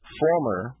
former